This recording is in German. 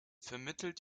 vermittelt